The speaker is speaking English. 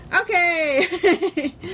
Okay